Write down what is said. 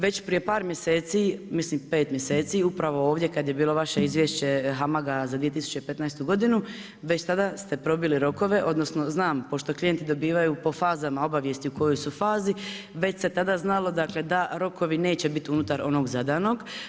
Već prije par mjeseci, mislim 5 mjeseci, upravo ovdje kad je bilo vaše izvješće HAMAG-a za 2015.g. već tada ste probili rokove, odnosno, znam pošto klijenti dobivaju po fazama obavijesti u kojoj su fazi, već se tada znalo da rokovi neće biti unutar onog zadanog.